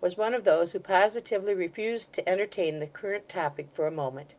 was one of those who positively refused to entertain the current topic for a moment.